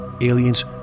aliens